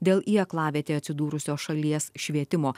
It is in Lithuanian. dėl į aklavietę atsidūrusios šalies švietimo